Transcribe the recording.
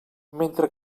mentre